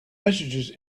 messages